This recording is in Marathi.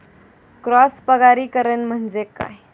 क्रॉस परागीकरण म्हणजे काय?